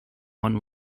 one